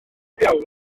trywydd